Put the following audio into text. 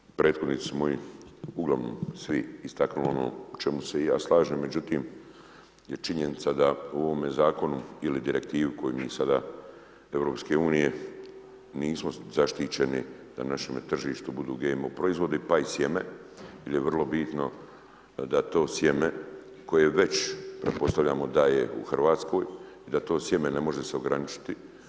Evo već prethodnici moji uglavnom svi su istaknuli ono o čemu se i ja slažem međutim je činjenica da u ovome zakonu ili direktivu koju mi sada EU-a nismo zaštićeni da na našem tržištu budu GMO proizvodi pa i sjeme jer je vrlo bitno da to sjeme koje već pretpostavljamo da je u Hrvatskoj i da to sjeme ne može se ograničiti.